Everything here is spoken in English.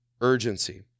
urgency